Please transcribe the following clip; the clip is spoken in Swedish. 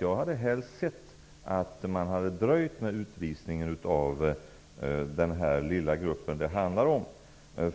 Jag hade helst sett att man hade dröjt med utvisningen av den lilla gruppen det handlar om.